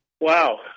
Wow